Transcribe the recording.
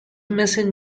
مثل